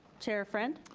chair friend.